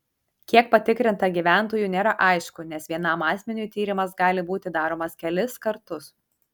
kiek patikrinta gyventojų nėra aišku nes vienam asmeniui tyrimas gali būti daromas kelis kartus